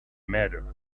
matter